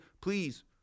please